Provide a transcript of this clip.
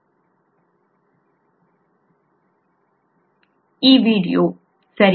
ಅದು ಈ ವೀಡಿಯೊ ಸರಿ